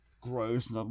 gross